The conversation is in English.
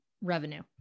revenue